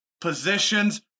positions